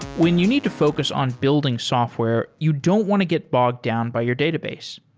when you need to focus on building software, you don't want to get bogged down by your database.